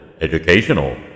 educational